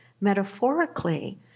metaphorically